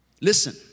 Listen